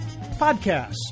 Podcast